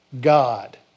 God